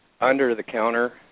under-the-counter